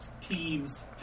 teams